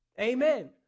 Amen